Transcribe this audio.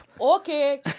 Okay